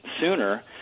sooner